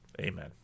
Amen